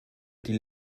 die